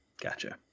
gotcha